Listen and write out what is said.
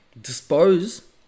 Dispose